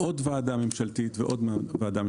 עוד ועדה ממשלתית ועוד ועדה ממשלתית,